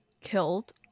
killed